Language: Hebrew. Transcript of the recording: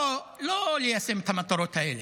לא ליישם את המטרות האלה.